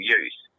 use